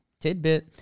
Tidbit